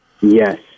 Yes